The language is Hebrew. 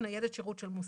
ניידת שירות של מוסך.